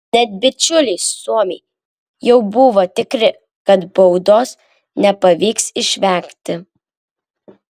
net bičiuliai suomiai jau buvo tikri kad baudos nepavyks išvengti